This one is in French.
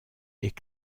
est